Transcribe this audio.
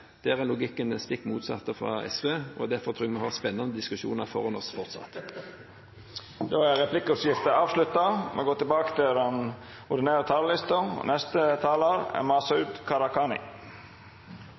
Der er logikken den stikk motsatte fra SV, og derfor tror jeg vi har noen spennende diskusjoner foran oss fortsatt. Då er replikkordskiftet avslutta. Dei talarane som heretter får ordet, har ei taletid på inntil 3 minutt. Jeg er